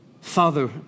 Father